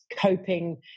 coping